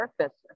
surface